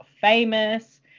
famous